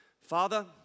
Father